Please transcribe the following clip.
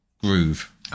groove